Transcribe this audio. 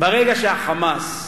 ברגע שה"חמאס"